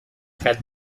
had